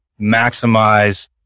maximize